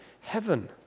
heaven